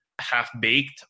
half-baked